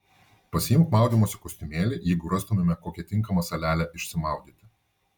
pasiimk maudymosi kostiumėlį jeigu rastumėme kokią tinkamą salelę išsimaudyti